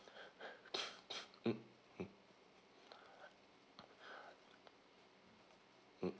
mm mm mm